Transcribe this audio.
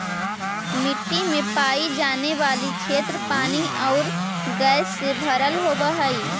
मिट्टी में पाई जाने वाली क्षेत्र पानी और गैस से भरल होवअ हई